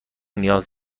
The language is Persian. نیاز